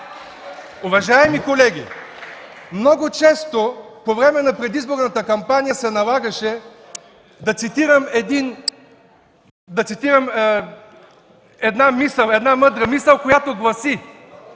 Уважаеми колеги, много често по време на предизборната кампания се налагаше да цитирам една мъдра мисъл, която гласи,